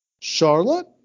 Charlotte